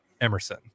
Emerson